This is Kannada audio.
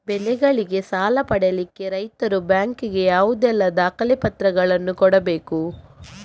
ಬೆಳೆಗಳಿಗೆ ಸಾಲ ಪಡಿಲಿಕ್ಕೆ ರೈತರು ಬ್ಯಾಂಕ್ ಗೆ ಯಾವುದೆಲ್ಲ ದಾಖಲೆಪತ್ರಗಳನ್ನು ಕೊಡ್ಬೇಕು?